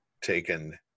taken